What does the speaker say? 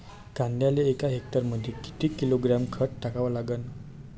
कांद्याले एका हेक्टरमंदी किती किलोग्रॅम खत टाकावं लागन?